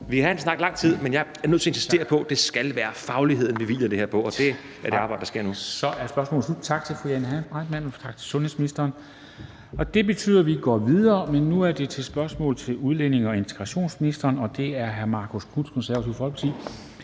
kan have en snak lang tid, men jeg er nødt til at insistere på, at det skal være fagligheden, som det her hviler på, og det er det arbejde, der sker nu. Kl. 13:55 Formanden (Henrik Dam Kristensen): Tak. Så er spørgsmålet slut. Tak til fru Jane Heitmann, og tak til sundhedsministeren. Det betyder, at vi går videre, men nu er det til et spørgsmål til udlændinge- og integrationsministeren, og det er af hr. Marcus Knuth, Det Konservative Folkeparti.